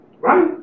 right